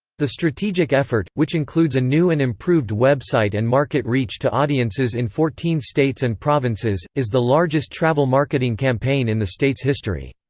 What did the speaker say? the strategic effort, which includes a new and improved website and market reach to audiences in fourteen states and provinces, is the largest travel marketing campaign in the state's history.